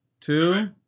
two